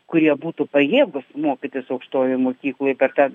kurie būtų pajėgūs mokytis aukštojoj mokykloj per tą